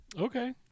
Okay